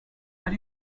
are